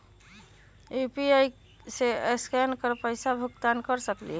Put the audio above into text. UPI से scan कर पईसा भुगतान कर सकलीहल?